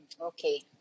Okay